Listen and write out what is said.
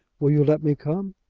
will you let me come?